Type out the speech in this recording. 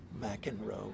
McEnroe